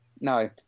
No